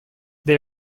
they